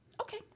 Okay